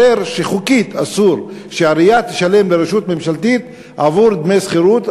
מתברר שחוקית אסור שהעירייה תשלם לרשות ממשלתית עבור דמי שכירות.